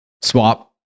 Swap